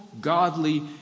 godly